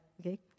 Okay